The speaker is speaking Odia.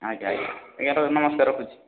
ଆଜ୍ଞା ଆଜ୍ଞା ଆଜ୍ଞା ସାର୍ ନମସ୍କାର ରଖୁଛି